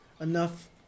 enough